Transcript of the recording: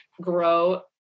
grow